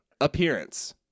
Appearance